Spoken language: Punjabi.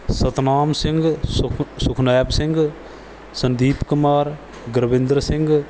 ਸਤਨਾਮ ਸਿੰਘ ਸੁਖ ਸੁਖਨੈਬ ਸਿੰਘ ਸੰਦੀਪ ਕੁਮਾਰ ਗੁਰਵਿੰਦਰ ਸਿੰਘ